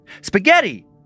Spaghetti